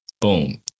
Boom